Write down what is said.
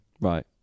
Right